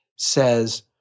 says